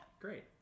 Great